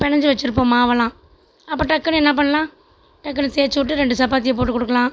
பிணைஞ்சு வச்சிருப்போம் மாவெல்லாம் அப்ப டக்குனு என்ன பண்ணலாம் டக்குனு தேய்ச்சி விட்டு ரெண்டு சப்பாத்தியை போட்டு கொடுக்கலாம்